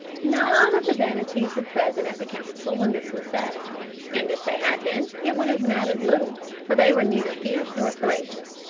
none of the banattees were present at the council when this was said and if they had been it would have mattered little, for they were neither fierce nor courageous,